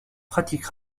pratique